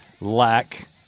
lack